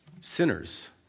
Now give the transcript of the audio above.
sinners